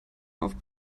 auf